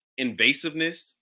invasiveness